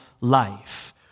life